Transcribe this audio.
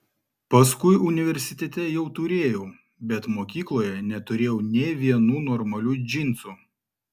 paskui universitete jau turėjau bet mokykloje neturėjau nė vienų normalių džinsų